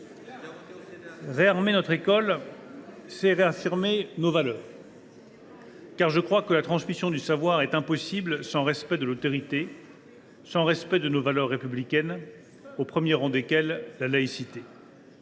Réarmer notre école, c’est réaffirmer nos valeurs. En effet, je crois que la transmission du savoir est impossible sans respect de l’autorité et de nos valeurs républicaines, au premier rang desquelles la laïcité.